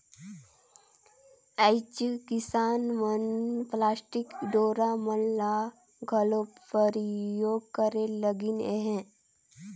आएज किसान मन पलास्टिक डोरा मन ल घलो परियोग करे लगिन अहे